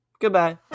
Goodbye